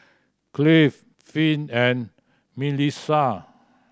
Cleave Finn and Milissa